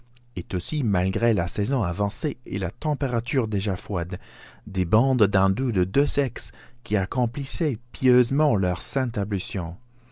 et aussi malgré la saison avancée et la température déjà froide des bandes d'indous des deux sexes qui accomplissaient pieusement leurs